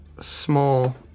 Small